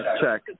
check